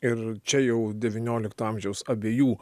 ir čia jau devyniolikto amžiaus abiejų